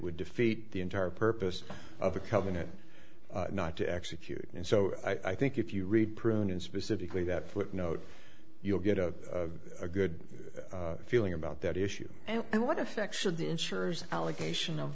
would defeat the entire purpose of a covenant not to execute and so i think if you read prune and specifically that footnote you'll get a good feeling about that issue and what effect should the insurers allegations of